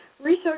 Research